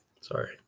Sorry